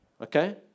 Okay